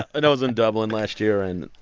and i was in dublin last year. and.